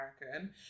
American